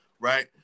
right